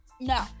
No